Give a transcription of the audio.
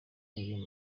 your